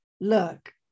look